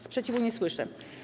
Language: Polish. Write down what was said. Sprzeciwu nie słyszę.